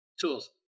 tools